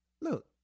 Look